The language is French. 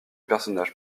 personnage